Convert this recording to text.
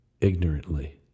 ignorantly